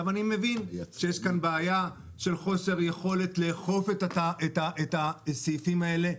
אני מבין שיש כאן בעיה של חוסר יכולת לאכוף את הסעיפים האלה,